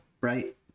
right